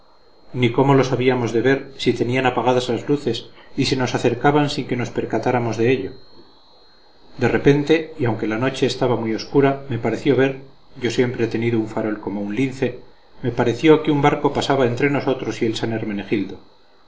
ni cómo los habíamos de ver si tenían apagadas las luces y se nos acercaban sin que nos percatáramos de ello de repente y anque la noche estaba muy obscura me pareció ver yo siempre he tenido un farol como un lince me pareció que un barco pasaba entre nosotros y el san hermenegildo